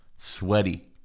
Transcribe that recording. Sweaty